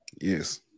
yes